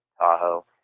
Tahoe